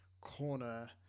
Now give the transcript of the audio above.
corner